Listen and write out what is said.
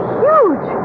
huge